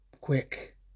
quick